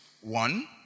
One